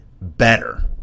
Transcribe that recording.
better